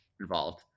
involved